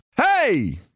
Hey